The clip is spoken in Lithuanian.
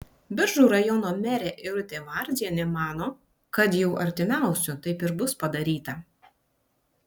biržų rajono merė irutė varzienė mano kad jau artimiausiu taip ir bus padaryta